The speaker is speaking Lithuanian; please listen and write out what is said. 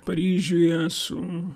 paryžiuje su